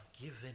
given